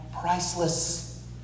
priceless